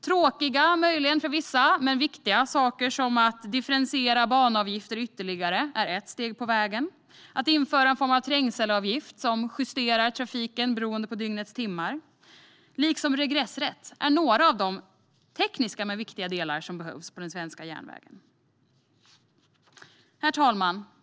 För vissa möjligen tråkiga men viktiga saker som att ytterligare differentiera banavgifterna är ett steg på vägen. Att införa en form av trängselavgifter som justerar trafiken beroende på tid på dygnet liksom regressrätt är några av de tekniska men viktiga delar som behövs på den svenska järnvägen. Herr talman!